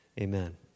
amen